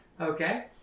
Okay